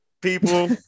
people